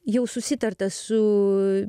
jau susitarta su